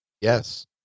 Yes